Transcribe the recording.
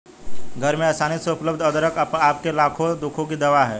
घर में आसानी से उपलब्ध अदरक आपके लाखों दुखों की दवा है